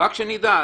רק שנדע.